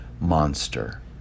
monster